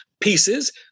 Pieces